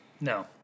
No